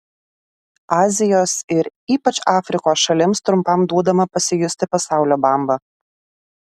azijos ir ypač afrikos šalims trumpam duodama pasijusti pasaulio bamba